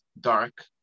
dark